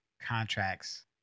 contracts